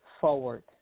forward